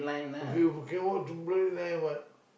okay okay we can walk to blue line what